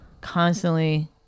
constantly